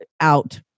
Out